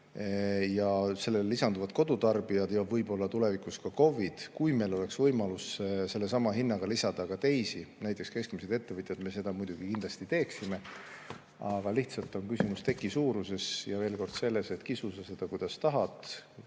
Sellele lisanduvad kodutarbijad ja võib-olla tulevikus ka KOV-id. Kui meil oleks võimalus sellesama hinnaga lisada ka teisi, näiteks keskmisi ettevõtjaid, siis me seda muidugi teeksime. Aga lihtsalt on küsimus teki suuruses ja selles, et kisu sa seda, kuidas tahad,